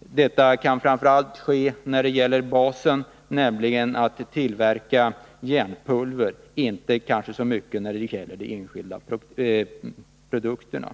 Detta gäller framför allt i fråga om basen, nämligen tillverkningen av järnpulver, och kanske inte så mycket de enskilda produkterna.